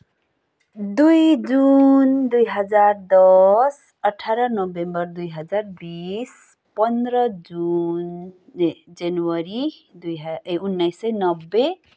दुई जुन दुई हजार दस अठार नोभेम्बर दुई हजार बिस पन्ध्र जुन ए जनवरी दुई ह ए उन्नाइस सय नब्बे